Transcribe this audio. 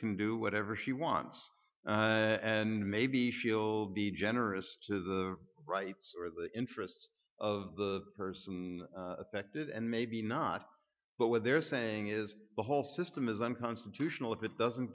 can do whatever she wants and maybe she'll be generous to the rights interests of the person affected and maybe not but what they're saying is the whole system is unconstitutional if it doesn't